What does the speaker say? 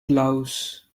gloves